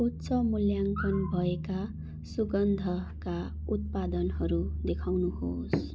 उच्च मूल्याङ्कन भएका सुगन्धका उत्पादनहरू देखाउनुहोस्